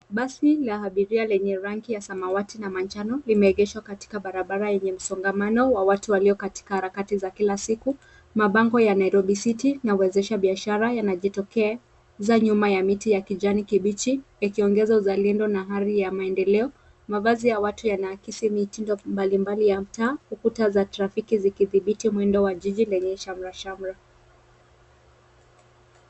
Basi la abiria lenye rangi ya samawati na manjano limeegeshwa katika barabara yenye msongamano wa watu walio katika harakati za kila siku. Mabango ya Nairobi City na wezesha biashara yanajitokeza nyuma ya miti ya kijani kibichi, yakiongeza uzalendo na hali ya maendeleo. Mavazi ya watu yanaakisi mitindo mbalimbali ya mtaa, huku taa za trafiki zikidhibiti mwendo wa jiji lenye shamrashamra.